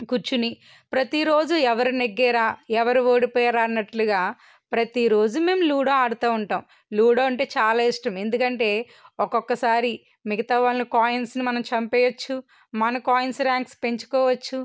కూర్చుని ప్రతి రోజూ ఎవరు నెగ్గారా ఎవరు ఓడిపోయారా అన్నట్టుగా ప్రతి రోజు మేము లూడో ఆడుతు ఉంటాం లూడో అంటే చాలా ఇష్టం ఎందుకంటే ఒక్కొక్కసారి మిగతా వాళ్ళ కాయిన్స్ని మనం చంపేయచ్చు మన కాయిన్స్ ర్యాంక్స్ పెంచుకోవచ్చు